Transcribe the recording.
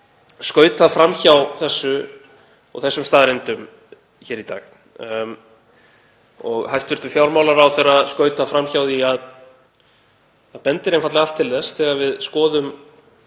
skautað fram hjá þessu og þessum staðreyndum hér í dag. Hæstv. fjármálaráðherra hefur skautað fram hjá því að það bendir einfaldlega allt til þess þegar við skoðum